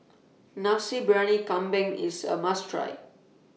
Nasi Briyani Kambing IS A must Try